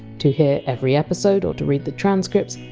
to hear every episode or to read the transcripts,